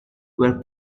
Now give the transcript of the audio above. were